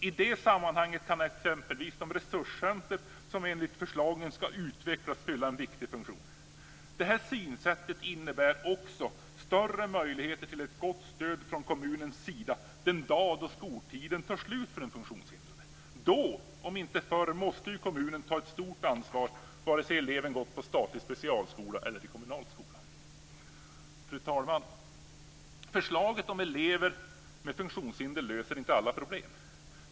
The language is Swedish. I det sammanhanget kan exempelvis de resurscenter som enligt förslagen ska utvecklas fylla en viktig funktion. Detta synsätt innebär också större möjligheter till ett gott stöd från kommunens sida den dag då skoltiden tar slut för den funktionshindrade. Då, om inte förr, måste kommunen ta ett stort ansvar, vare sig eleven gått i statlig specialskola eller i kommunal skola. Fru talman! Förslaget om elever med funktionshinder löser inte alla problem.